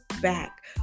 back